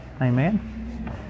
Amen